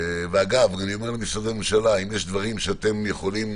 ואגב, משרדי ממשלה, אם יש דברים שאתם יכולים